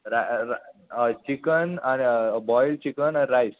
हय चिकन आनी boil chicken आनी रायस